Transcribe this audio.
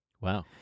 Wow